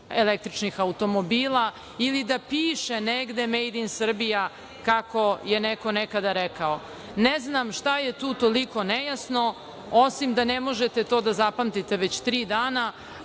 električnih automobila ili da piše negde mejd in Srbija, kako je neko nekada rekao. Ne znam šta je tu toliko nejasno, osim da ne možete to da zapamtite već tri dana,